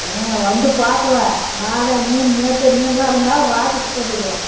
ம் வந்து பார்க்குவேன் நாளைய மீன் நேற்று மீனெலாம் இருந்தால் வாபஸ் பண்ணிவிடுவேன்